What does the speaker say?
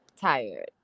tired